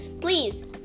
Please